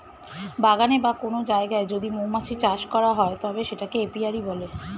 বাগানে বা কোন জায়গায় যদি মৌমাছি চাষ করা হয় তবে সেটাকে এপিয়ারী বলে